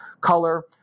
color –